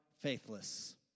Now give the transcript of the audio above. faithless